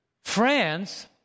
France